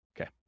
Okay